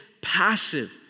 passive